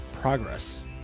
progress